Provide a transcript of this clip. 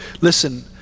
Listen